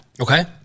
Okay